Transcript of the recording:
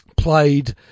played